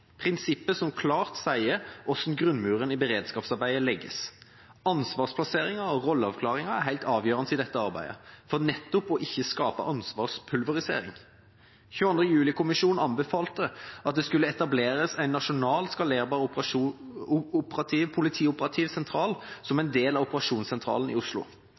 som klart sier hvordan grunnmuren i beredskapsarbeidet legges. Ansvarsplassering og rolleavklaring er helt avgjørende i dette arbeidet for nettopp ikke å skape ansvarspulverisering. 22. juli-kommisjonen anbefalte at det skulle etableres en nasjonal skalerbar politioperativ sentral som en del av operasjonssentralen i Oslo.